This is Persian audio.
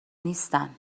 نیستن